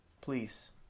Please